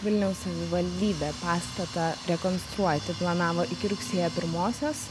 vilniaus savivaldybė pastatą rekonstruoti planavo iki rugsėjo pirmosios